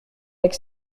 avec